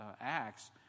Acts